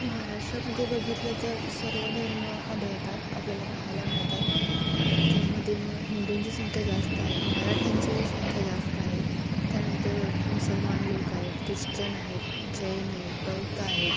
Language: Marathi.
महाराष्ट्रामध्ये बघितलं तर सर्व धर्म आढळतात आपल्याला पाहायला मिळतात त्यामध्ये मग हिंदूंची संख्या जास्त आहे मराठ्यांचीही संख्या जास्त आहे त्यानंतर मुसलमान लोक आहेत ख्रिश्चन आहेत जैन आहेत बौद्ध आहेत